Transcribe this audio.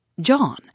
John